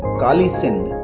kalisind